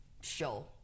show